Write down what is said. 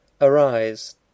Arise